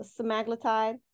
semaglutide